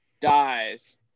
dies